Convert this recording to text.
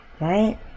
Right